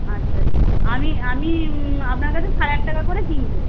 আচ্ছা আচ্ছা আমি আমি আপনার কাছে সাড়ে আট টাকা করে কিনবো